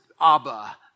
Abba